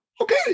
okay